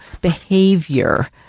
behavior